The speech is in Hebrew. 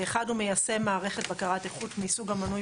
הוא מיישם מערכת בקרת איכות מסוג המנוי